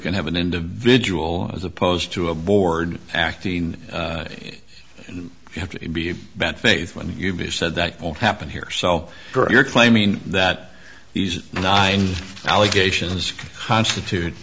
can have an individual as opposed to a board acting in and you have to be a bad faith when you've said that won't happen here sell you're claiming that these nine allegations constitute